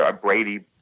Brady